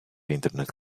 internet